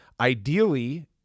ideally